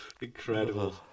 incredible